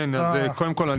קודם כול,